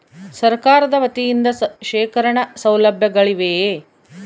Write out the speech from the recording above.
ಸರಕಾರದ ವತಿಯಿಂದ ಶೇಖರಣ ಸೌಲಭ್ಯಗಳಿವೆಯೇ?